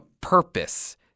purpose